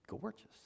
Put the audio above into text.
gorgeous